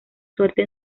suerte